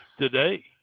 today